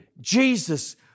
Jesus